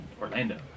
Orlando